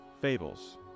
fables